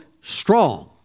strong